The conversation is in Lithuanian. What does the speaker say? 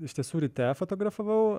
iš tiesų ryte fotografavau